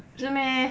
是 meh